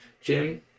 Jim